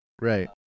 Right